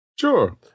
sure